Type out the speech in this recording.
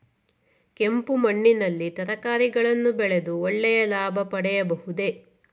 ಕೆಂಪು ಮಣ್ಣಿನಲ್ಲಿ ತರಕಾರಿಗಳನ್ನು ಬೆಳೆದು ಒಳ್ಳೆಯ ಲಾಭ ಪಡೆಯಬಹುದೇ?